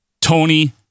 Tony